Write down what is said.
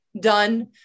done